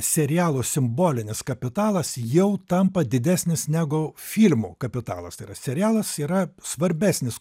serialo simbolinis kapitalas jau tampa didesnis negu filmų kapitalas tai yra serialas yra svarbesnis